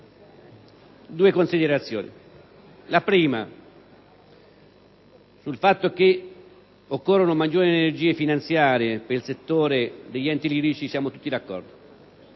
due considerazioni. Innanzitutto, sul fatto che occorrono maggiori energie finanziarie per il settore degli enti lirici siamo tutti d'accordo,